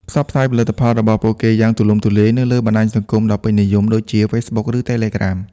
ផ្សព្វផ្សាយផលិតផល របស់ពួកគេយ៉ាងទូលំទូលាយនៅលើបណ្ដាញសង្គមដ៏ពេញនិយមដូចជា Facebook ឬ Telegram។